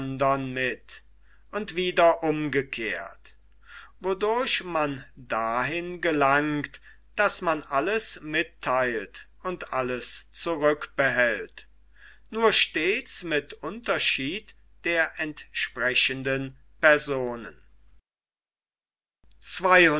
mit und wieder umgekehrt wodurch man dahin gelangt daß man alles mittheilt und alles zurückbehält nur stets mit unterschied der entsprechenden personen